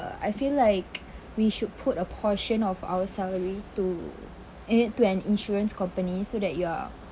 uh I feel like we should put a portion of our salary to in it to an insurance company so that you are